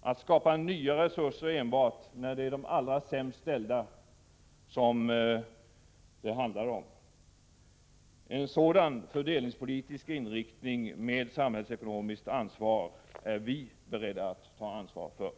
att det skapas nya resurser, när det är de allra sämst ställda som det handlar om. En sådan fördelningspolitisk inriktning med samhällsekonomiskt ansvar är vi beredda att ta ansvar för.